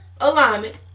alignment